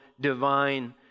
divine